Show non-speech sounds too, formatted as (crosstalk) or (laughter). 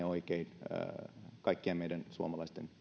(unintelligible) oikein kaikkien meidän suomalaisten